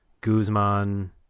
Guzman